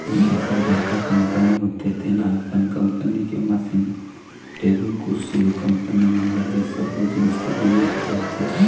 जेखर बड़का कंपनी होथे तेन ह अपन कंपनी के मसीन, टेबुल कुरसी अउ कंपनी म लगे सबो जिनिस के बीमा करवाथे